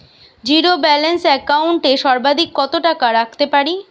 Zero balance account এ সর্বাধিক কত টাকা রাখতে পারি?